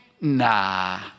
nah